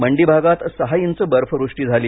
मंडी भागात सहा इंच बर्फवृष्टीझाली